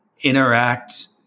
interact